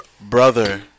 brother